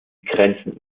grenzen